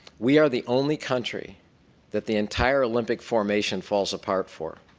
we are the only country that the entire olympic formation falls apart for.